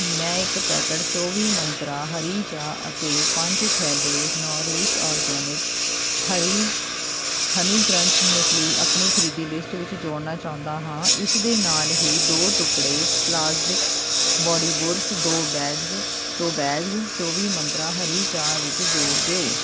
ਮੈਂ ਇੱਕ ਪੈਕਟ ਚੌਵੀ ਮੰਤਰਾ ਹਰੀ ਚਾਹ ਅਤੇ ਪੰਜ ਥੈਲੇ ਨੌਰੇਸ਼ ਔਰਗੈਨਿਕਸ ਹਰੀ ਹਨੀ ਕ੍ਰੰਚ ਮੁਸਲੀ ਆਪਣੀ ਖਰੀਦੀ ਲਿਸਟ ਵਿੱਚ ਜੋੜਨਾ ਚਾਹੁੰਦਾ ਹਾਂ ਇਸ ਦੇ ਨਾਲ਼ ਹੀ ਦੋ ਟੁਕੜੇ ਪਲਾਜ਼ਮਿਕ ਬਾਡੀ ਬੁਰਸ਼ ਦੋ ਬੈਗਸ ਦੋ ਬੈਗਸ ਚੌਵੀ ਮੰਤਰਾ ਹਰੀ ਚਾਹ ਵਿੱਚ ਜੋੜ ਦਿਓ